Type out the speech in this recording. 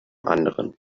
anderen